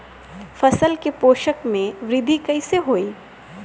फसल के पोषक में वृद्धि कइसे होई?